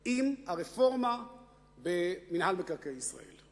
עם הרפורמה במינהל מקרקעי ישראל.